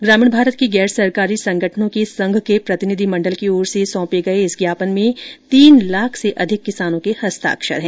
ग्रामीण भारत के गैर सरकारी संगठनों के संघ के प्रतिनिधि मंडल की ओर से सौंपे इस ज्ञापन में तीन लाख से अधिक किसानों के हस्ताक्षर है